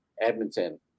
Edmonton